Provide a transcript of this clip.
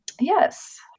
Yes